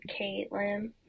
Caitlin